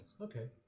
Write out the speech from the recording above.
Okay